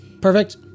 Perfect